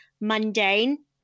mundane